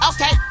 Okay